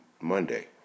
Monday